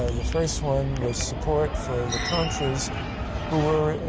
ah the first one was support for the contras who were,